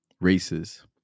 races